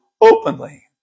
openly